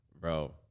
Bro